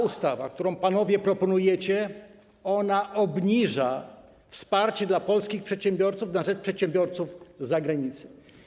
Ustawa, którą panowie proponujecie, ogranicza wsparcie dla polskich przedsiębiorców na rzecz przedsiębiorców z zagranicy.